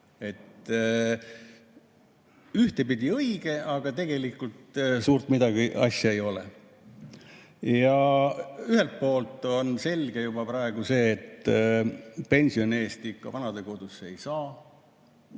Ühtepidi õige, aga tegelikult suurt midagi asja ei ole. Ühelt poolt on selge juba praegu see, et pensioni eest ikka vanadekodusse ei saa.